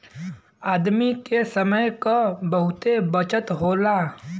आदमी के समय क बहुते बचत होला